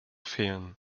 fehlen